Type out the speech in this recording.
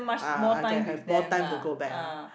ah I can have more time to go back ah